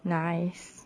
nice